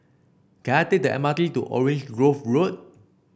can I take the M R T to Orange Grove Road